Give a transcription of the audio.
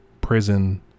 prison